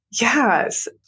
Yes